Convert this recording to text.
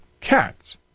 cats